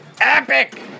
Epic